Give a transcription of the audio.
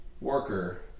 worker